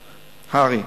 הר"י.